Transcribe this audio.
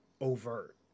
overt